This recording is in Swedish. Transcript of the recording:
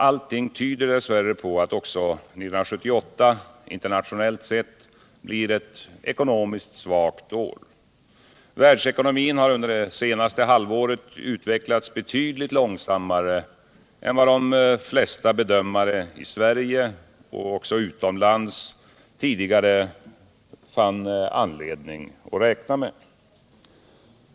Allt tyder dess värre på att även 1978 internationellt sett blir ett ekonomiskt svagt år. Världsekonomin har under det senaste halvåret utvecklats betydligt långsammare än vad de flesta bedömare i Sverige och utomlands tidigare funnit anledning att räkna med.